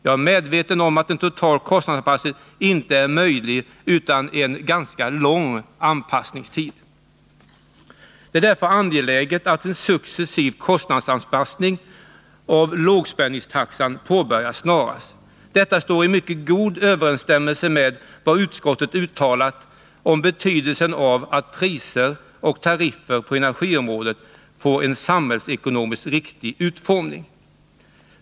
Jag är medveten om att en total kostnadsanpassning inte är möjlig utan en ganska lång anpassningstid. Det är därför angeläget att en successiv kostnadsanpassning av lågspänningstaxan påbörjas snarast. Detta står i mycket god överensstämmelse med utskottets uttalande ”om betydelsen av att priser och tariffer på energiområdet får en samhällsekonomiskt riktig utformning”.